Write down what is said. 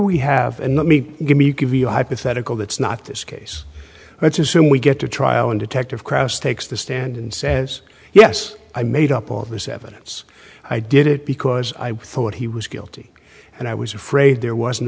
we have and let me give me give you a hypothetical that's not this case let's assume we get to trial and detective cross takes the stand and says yes i made up all this evidence i did it because i thought he was guilty and i was afraid there wasn't